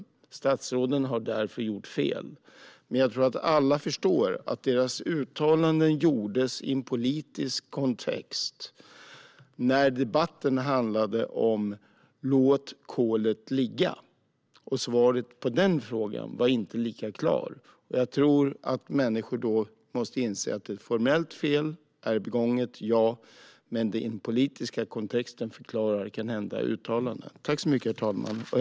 Statsråden har därför gjort fel. Men jag tror att alla förstår att deras uttalanden gjordes i en politisk kontext där debattens tema var "låt kolet ligga". Svaret på detta var inte lika klart. Jag tror att människor då måste inse att ett formellt fel är begånget, men att den politiska kontexten kanhända förklarar uttalandena.